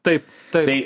taip taip